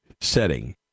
setting